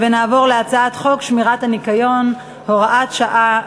ונעבור להצעת חוק שמירת הניקיון (הוראת שעה),